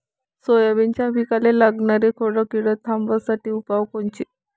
सोयाबीनच्या पिकाले लागनारी खोड किड थांबवासाठी उपाय कोनचे?